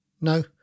No